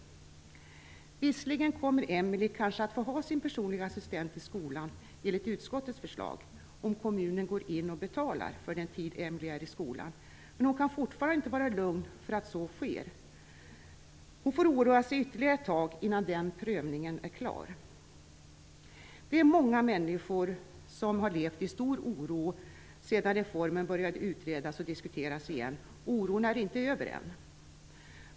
Visserligen kommer Emelie kanske att få ha sin personliga assistent i skolan enligt utskottets förslag, om kommunen går in och betalar för den tid Emelie är i skolan, men hon kan fortfarande inte vara lugn för att så sker. Hon får oroa sig ytterligare ett tag innan den prövningen är klar. Det är många människor som har levt i stor oro sedan reformen började utredas och diskuteras igen, och oron är inte över än.